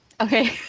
Okay